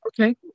okay